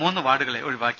മൂന്ന് വാർഡുകളെ ഒഴിവാക്കി